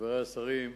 חברי השרים,